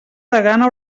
degana